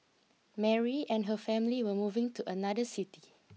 Mary and her family were moving to another city